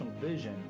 vision